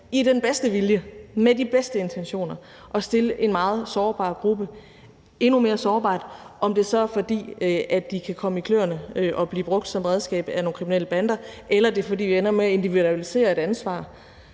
i den bedste vilje, med de bedste intentioner at stille en meget sårbar gruppe endnu mere sårbart, om det så er, fordi de kan komme i kløerne og blive brugt som redskab af nogle kriminelle bander, eller det er, fordi vi ender med at individualisere et ansvar